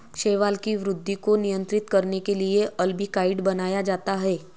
शैवाल की वृद्धि को नियंत्रित करने के लिए अल्बिकाइड बनाया जाता है